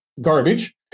garbage